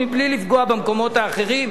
מבלי לפגוע במקומות האחרים.